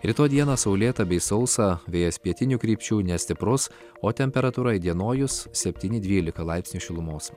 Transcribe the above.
rytoj dieną saulėta bei sausa vėjas pietinių krypčių nestiprus o temperatūra įdienojus deptyni dvylika laipsnių šilumos